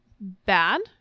bad